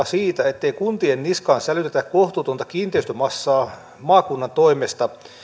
siitä ettei kuntien niskaan sälytetä kohtuutonta kiinteistömassaa maakunnan toimesta